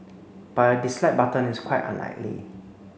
but a dislike button is quite unlikely